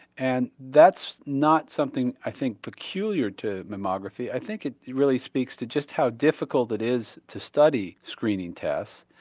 and that's not something i think peculiar to mammography, i think it really speaks to just how difficult it is to study screening tests.